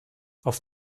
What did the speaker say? auf